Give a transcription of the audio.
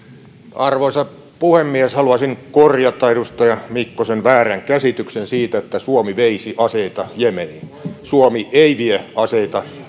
arvoisa puhemies haluaisin korjata edustaja mikkosen väärän käsityksen siitä että suomi veisi aseita jemeniin suomi ei vie aseita